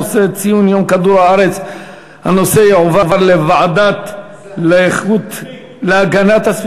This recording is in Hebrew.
נושא ציון יום כדור-הארץ יועבר לוועדת הפנים והגנת